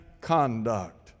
conduct